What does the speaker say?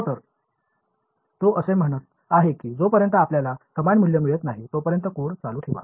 हो तर तो असे म्हणत आहे की जोपर्यंत आपल्याला समान मूल्ये मिळत नाहीत तोपर्यंत कोड चालू ठेवा